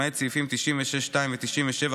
למעט סעיפים 96(2) ו-97,